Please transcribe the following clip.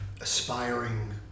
aspiring